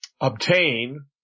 obtain